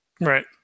Right